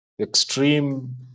extreme